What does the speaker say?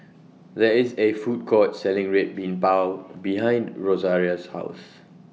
There IS A Food Court Selling Red Bean Bao behind Rosaria's House